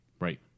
Right